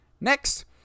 Next